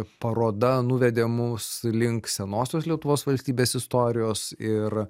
paroda nuvedė mus link senosios lietuvos valstybės istorijos ir